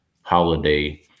holiday